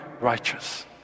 righteous